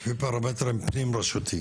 --- אלו פרמטרים פנים רשותיים.